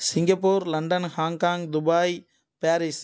Singapore London Hong Kong Dubai Paris